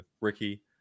Ricky